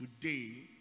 today